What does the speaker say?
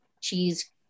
cheese